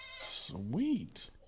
Sweet